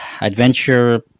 adventure